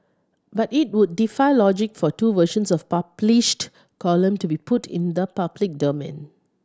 but it would defy logic for two versions of a published column to be put in the public domain